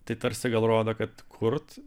tai tarsi gal rodo kad kurt